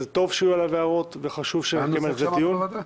וטוב שיהיו עליו הערות וחשוב שנקיים על זה דיון.